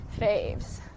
faves